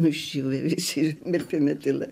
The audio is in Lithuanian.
nuščiuvę visi mirtina tyla